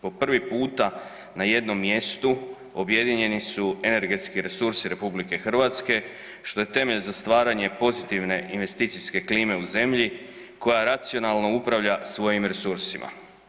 Po prvi puta na jednom mjestu objedinjeni su energetski resursi RH što je temelj za stvaranje pozitivne investicijske klime u zemlji koja racionalno upravlja svojim resursima.